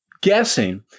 guessing